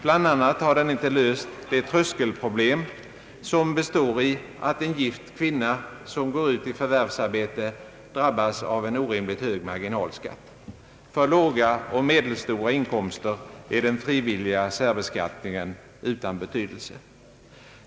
Bland annat har den inte löst det tröskelproblem som består i att en gift kvinna som går ut i förvärvsarbete drabbas av en orimligt hög marginalskatt. För låga och medelstora inkomster är den frivilliga särbeskattningen utan betydelse.